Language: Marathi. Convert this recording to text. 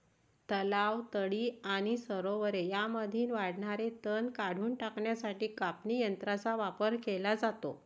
तलाव, तळी आणि सरोवरे यांमध्ये वाढणारे तण काढून टाकण्यासाठी कापणी यंत्रांचा वापर केला जातो